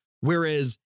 Whereas